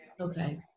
Okay